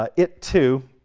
ah it, too,